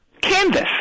Canvas